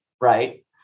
Right